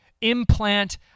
Implant